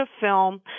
film